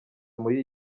muri